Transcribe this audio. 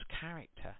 character